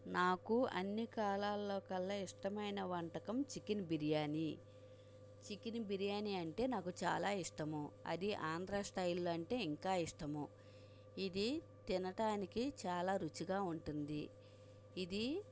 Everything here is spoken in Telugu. నాకు అన్ని కాలాల్లో కల్లా ఇష్టమైన వంటకం చికెన్ బిర్యానీ చికెన్ బిర్యానీ అంటే నాకు చాలా ఇష్టము అది ఆంధ్రా స్టైల్ అంటే ఇంకా ఇష్టము ఇది తినటానికి చాలా రుచిగా ఉంటుంది ఇది